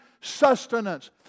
sustenance